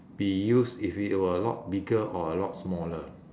be used if it were a lot bigger or a lot smaller